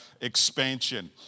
expansion